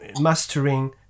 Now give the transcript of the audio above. mastering